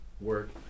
work